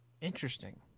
Interesting